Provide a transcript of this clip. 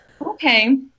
Okay